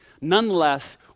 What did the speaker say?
Nonetheless